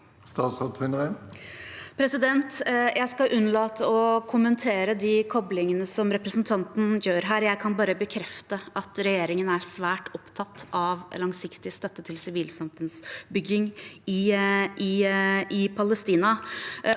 Tvinnereim Jeg skal unnlate å kommentere de koblinge- ne som representanten gjør her. Jeg kan bare bekrefte at regjeringen er svært opptatt av langsiktig støtte til sivilsamfunnsbygging i Palestina.